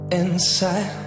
inside